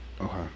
Okay